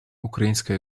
українська